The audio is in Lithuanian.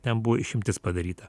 ten buvo išimtis padaryta